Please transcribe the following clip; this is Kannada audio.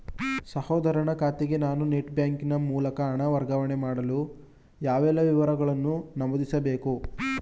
ಸಹೋದರನ ಖಾತೆಗೆ ನಾನು ನೆಟ್ ಬ್ಯಾಂಕಿನ ಮೂಲಕ ಹಣ ವರ್ಗಾವಣೆ ಮಾಡಲು ಯಾವೆಲ್ಲ ವಿವರಗಳನ್ನು ನಮೂದಿಸಬೇಕು?